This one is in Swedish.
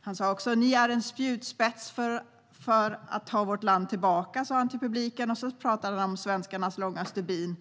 Han sa också till publiken: Ni är en spjutspets för att ta vårt land tillbaka. Sedan pratade han om svenskarnas långa stubin